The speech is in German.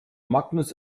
magnus